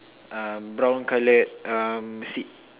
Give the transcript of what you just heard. uh brown colored um seat